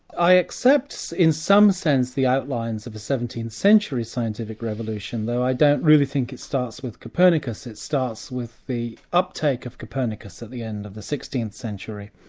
i accept in some sense the outlines of the seventeenth century scientific revolution, though i don't really think it starts with copernicus, it starts with the uptake of copernicus at the end of the sixteenth century.